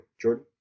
jordan